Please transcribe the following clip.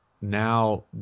now